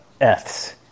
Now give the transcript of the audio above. Fs